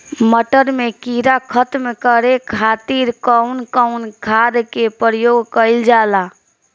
मटर में कीड़ा खत्म करे खातीर कउन कउन खाद के प्रयोग कईल जाला?